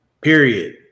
period